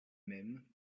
mêmes